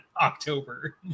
October